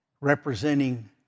representing